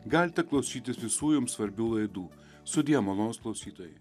galite klausytis visų jums svarbių laidų sudie malonūs klausytojai